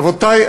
רבותי,